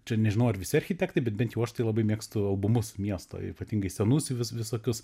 čia nežinau ar visi architektai bet bent jau aš tai labai mėgstu albumus miesto ypatingai senus vis visokius